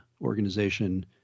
organization